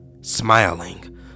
smiling